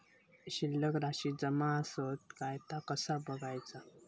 शिल्लक राशी जमा आसत काय ता कसा बगायचा?